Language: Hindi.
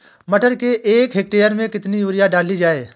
मटर के एक हेक्टेयर में कितनी यूरिया डाली जाए?